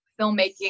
filmmaking